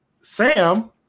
Sam